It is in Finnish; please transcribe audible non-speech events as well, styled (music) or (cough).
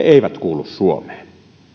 (unintelligible) eivät kuulu suomeen